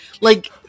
Like-